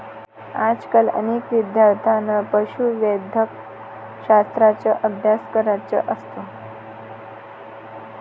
आजकाल अनेक विद्यार्थ्यांना पशुवैद्यकशास्त्राचा अभ्यास करायचा असतो